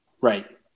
Right